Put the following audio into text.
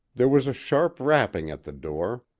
there was a sharp rapping at the door.